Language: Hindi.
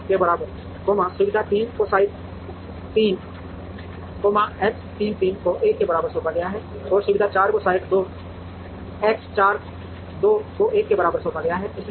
1 के बराबर सुविधा 3 को साइट 3 X 3 3 को 1 के बराबर सौंपा गया है और सुविधा 4 को साइट 2 X 4 2 को 1 के बराबर सौंपा गया है